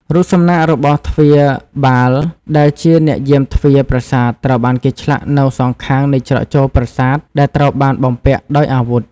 រូបសំណាករបស់ទ្វារបាលដែលជាអ្នកយាមទ្វារប្រាសាទត្រូវបានគេឆ្លាក់នៅសងខាងនៃច្រកចូលប្រាសាទដែលត្រូវបានបំពាក់ដោយអាវុធ។